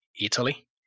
Italy